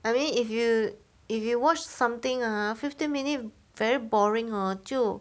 I mean if you if you watch something ah fifteen minute very boring hor 就